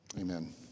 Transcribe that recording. Amen